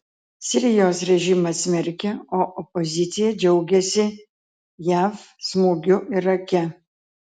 sirijos režimas smerkia o opozicija džiaugiasi jav smūgiu irake